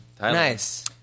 Nice